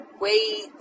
wait